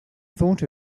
thought